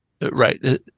right